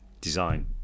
design